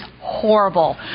horrible